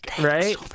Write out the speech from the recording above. right